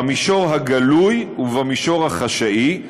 במישור הגלוי ובמישור החשאי",